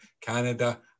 Canada